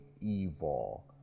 evil